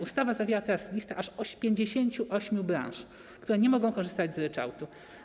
Ustawa zawiera teraz listę aż 58 branż, które nie mogą korzystać z ryczałtu.